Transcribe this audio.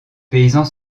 paysans